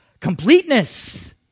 completeness